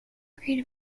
created